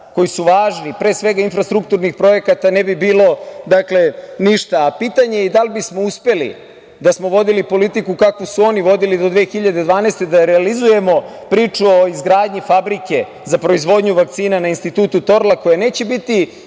koji su važni, pre svega, infrastrukturnih projekata ne bi bilo ništa, a pitanje je i da li bismo uspeli da smo vodili politiku kakvu su oni vodili do 2012. godine, da realizujemo priču o izgradnji fabrike za proizvodnju vakcina na Institutu „Torlak“, koja neće biti